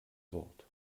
wort